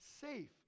safe